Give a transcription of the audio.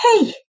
hey